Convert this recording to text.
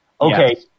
Okay